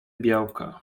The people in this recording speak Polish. białka